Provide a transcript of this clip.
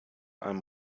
einem